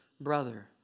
brother